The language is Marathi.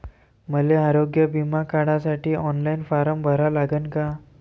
मले आरोग्य बिमा काढासाठी ऑनलाईन फारम भरा लागन का?